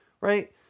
right